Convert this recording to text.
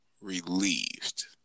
relieved